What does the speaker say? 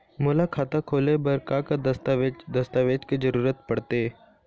मोला खाता खोले बर का का दस्तावेज दस्तावेज के जरूरत पढ़ते?